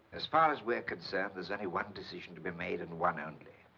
as far as we're concerned, there's and one decision to be made and one only.